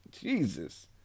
Jesus